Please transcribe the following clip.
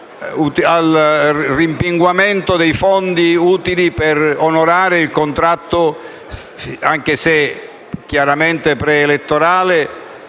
al rimpinguamento dei fondi utili per onorare il contratto (anche se chiaramente preelettorale)